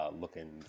looking